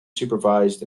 supervised